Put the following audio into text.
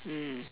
mm